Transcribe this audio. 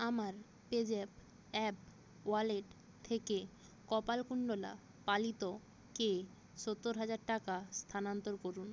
আমার PayZapp app wallet থেকে কপালকুণ্ডলা পালিতকে সত্তর হাজার টাকা স্থানান্তর করুন